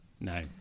no